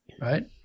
Right